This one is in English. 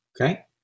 Okay